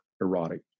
erotic